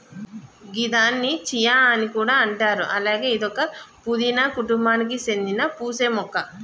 గిదాన్ని చియా అని కూడా అంటారు అలాగే ఇదొక పూదీన కుటుంబానికి సేందిన పూసే మొక్క